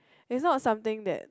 is not something that